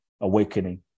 awakening